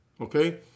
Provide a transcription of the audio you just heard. Okay